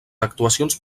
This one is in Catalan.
actuacions